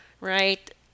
right